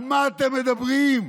על מה אתם מדברים?